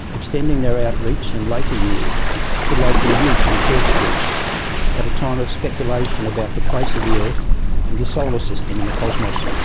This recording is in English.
extending their outreach in later years to local youth and church groups groups at a time of speculation about the place of the earth and the solar system in the cosmos.